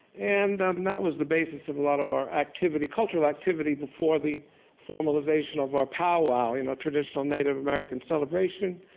and um that was the basis of a lot of our activity, cultural activity, before the formalization of our pow-wow, and our traditional native american celebration.